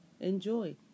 enjoy